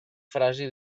frasi